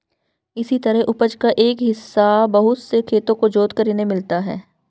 इसी तरह उपज का एक हिस्सा बहुत से खेतों को जोतकर इन्हें मिलता है